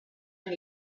and